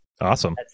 Awesome